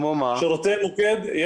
שירותי מוקד.